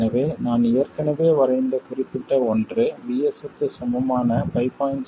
எனவே நான் ஏற்கனவே வரைந்த குறிப்பிட்ட ஒன்று VS க்கு சமமான 5